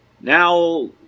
Now